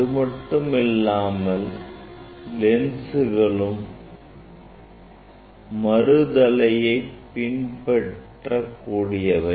அதுமட்டுமல்லாமல் லென்ஸ்களும் மறு தலையை பின்பற்றக் கூடியவை